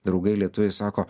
draugai lietuviai sako